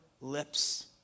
lips